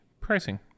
pricing